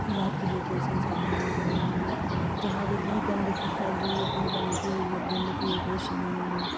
इलाज के लिए कोई संसाधन नहीं बन रहा है जहाँ जितनी गंदगी फैल रही है इतनी गंदगी है कोई सीमा नहीं है